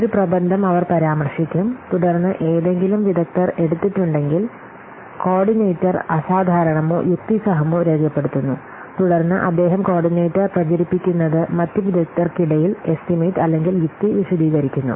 ഒരു പ്രബന്ധം അവർ പരാമർശിക്കും തുടർന്ന് ഏതെങ്കിലും വിദഗ്ദ്ധൻ എടുത്തിട്ടുണ്ടെങ്കിൽ കോർഡിനേറ്റർ അസാധാരണമോ യുക്തിസഹമോ രേഖപ്പെടുത്തുന്നു തുടർന്ന് അദ്ദേഹം കോർഡിനേറ്റർ പ്രചരിപ്പിക്കുന്നത് മറ്റ് വിദഗ്ധർക്കിടയിൽ എസ്റ്റിമേറ്റ് അല്ലെങ്കിൽ യുക്തി വിശദീകരിക്കുന്നു